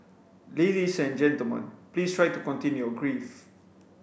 ladies and gentlemen please try to contain your grief